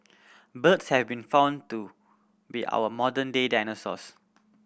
birds have been found to be our modern day dinosaurs